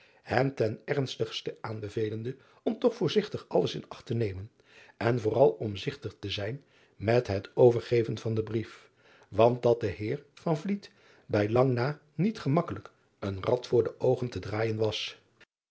hem ten ernstigste aanbevelende om toch voorzigtig alles in acht te nemen en vooral omzigtig te zijn met het overgeven van den brief want dat den eer bijlang na niet gemakkelijk een rad voor de oogen te draaijen was